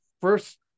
first